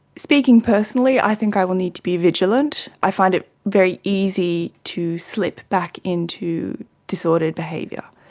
speaking personally i think i will need to be vigilant. i find it very easy to slip back into disordered behaviour.